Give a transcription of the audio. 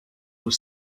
was